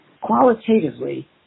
qualitatively